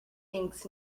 thinks